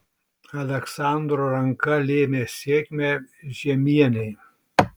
aleksandro ranka lėmė sėkmę žiemienei